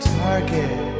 target